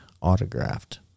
Autographed